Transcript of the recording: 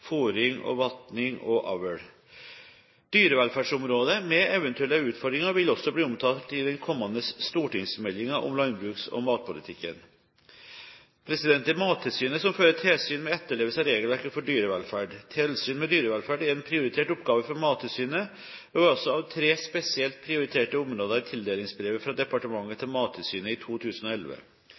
oppstallingsforhold, fôring, vanning og avl. Dyrevelferdsområdet, med eventuelle utfordringer, vil også bli omtalt i den kommende stortingsmeldingen om landbruks- og matpolitikken. Det er Mattilsynet som fører tilsyn med etterlevelsen av regelverket for dyrevelferd. Tilsyn med dyrevelferd er en prioritert oppgave for Mattilsynet og er også et av tre spesielt prioriterte områder i tildelingsbrevet fra departementet til Mattilsynet i 2011.